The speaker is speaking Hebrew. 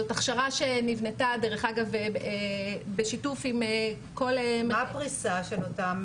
זו הכשרה שנבנתה בשיתוף עם כל ה- -- מה הפריסה של אותם